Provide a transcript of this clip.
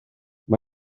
mae